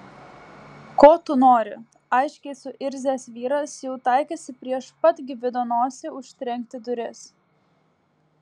ko tu nori aiškiai suirzęs vyras jau taikėsi prieš pat gvido nosį užtrenkti duris